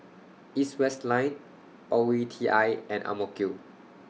East West Line O E T I and Ang Mo Kio